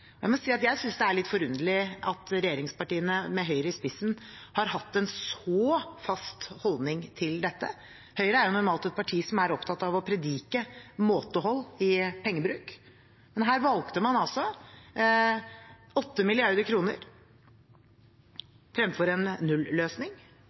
spissen, har hatt en så fast holdning til dette. Høyre er normalt et parti som er opptatt av å predike måtehold i pengebruken, men her valgte man altså